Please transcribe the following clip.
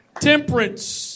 temperance